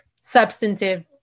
substantive